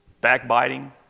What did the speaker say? Backbiting